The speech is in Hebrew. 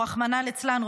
או רחמנא ליצלן,